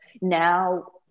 now